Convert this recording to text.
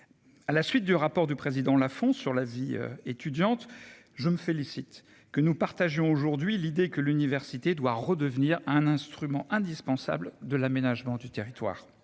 À la suite du rapport du président là font sur la vie étudiante, je me félicite que nous partagions aujourd'hui l'idée que l'université doit redevenir un instrument indispensable de l'aménagement du territoire.